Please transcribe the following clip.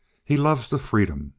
he loves the freedom.